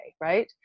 right